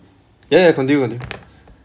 ya ya continue continue